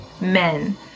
men